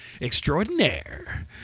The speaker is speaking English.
Extraordinaire